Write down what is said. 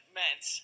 meant